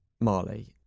Marley